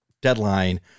deadline